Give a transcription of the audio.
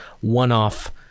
one-off